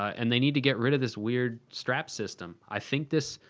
and they need to get rid of this weird strap system. i think this,